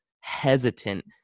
hesitant